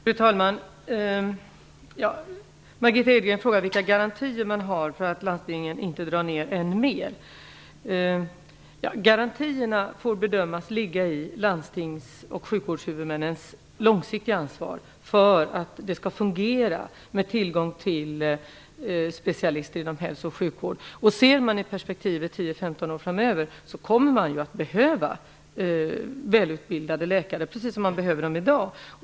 Fru talman! Margitta Edgren frågade vilka garantier man har för att landstingen inte drar ner ännu mer. Garantierna får bedömas ligga i landstings och sjukvårdshuvudmännens långsiktiga ansvar för en fungerande tillgång till specialister inom hälso och sjukvård. I perspektivet 10-15 år framöver kommer man att behöva välutbildade läkare, precis som man behöver dem i dag.